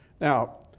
Now